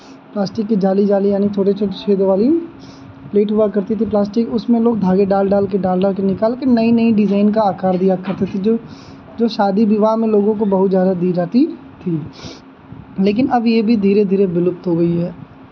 plastic की जाली जाली यानी छोटे छोटे छेद वाली प्लेट हुआ करती थी प्लास्टिक उसमें लोग धागे डाल डाल के डाल डाल के निकाल के नई नई डिज़ाइन का आकार दिया करते थे जो जो शादी विवाह में लोगों को बहुत ज़्यादा दी जाती थीं लेकिन अब ये भी धीरे धीरे विलुप्त हो गई है